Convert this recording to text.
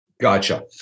Gotcha